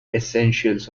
essentials